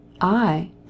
I